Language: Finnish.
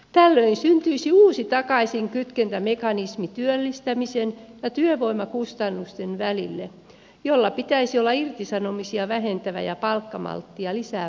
tällöin syntyisi uusi takaisinkytkentämekanismi työllistämisen ja työvoimakustannusten välille millä pitäisi olla irtisanomisia vähentävä ja palkkamalttia lisäävä vaikutus